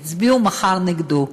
יצביעו מחר נגדו.